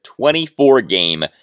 24-game